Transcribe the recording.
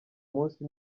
munsi